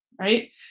right